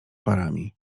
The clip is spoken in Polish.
parami